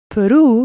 Peru